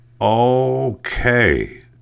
Okay